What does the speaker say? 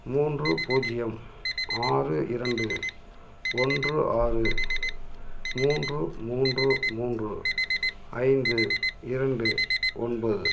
மூன்று பூஜ்ஜியம் ஆறு இரண்டு ஒன்று ஆறு மூன்று மூன்று மூன்று ஐந்து இரண்டு ஒன்பது